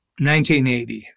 1980